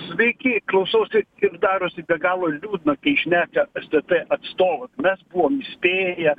sveiki klausausi ir darosi be galo liūdna kai šneka stt atstovai mes buvome įspėję